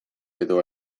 edo